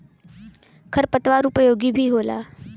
खर पतवार उपयोगी भी होला